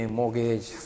mortgage